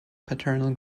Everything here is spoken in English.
paternal